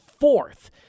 fourth